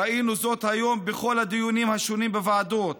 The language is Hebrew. ראינו זאת היום בכל הדיונים השונים בוועדות,